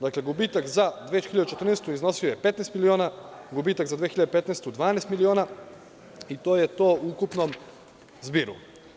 Dakle, gubitak za 2014. godinu iznosio je 15 miliona, gubitak za 2015. godinu 12 miliona i to je to u ukupnom zbiru.